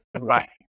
Right